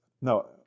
No